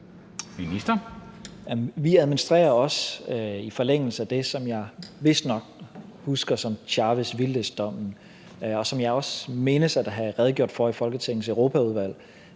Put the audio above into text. Jamen vi administrerer også i forlængelse af det, som jeg vistnok husker som Chavez-Vilchez-dommen, og som jeg også mindes at have redegjort for i Folketingets Europaudvalg,